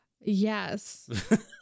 Yes